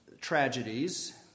tragedies